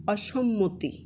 অসম্মতি